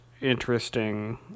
interesting